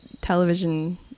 television